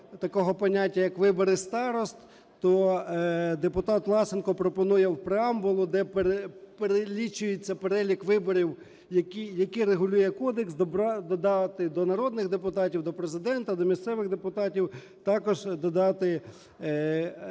такого поняття, як вибори старост, то депутат Власенко пропонує в преамбулу, де перелічується перелік виборів, які регулює кодекс, додати до народних депутатів, до Президента, до місцевих депутатів також додати старост.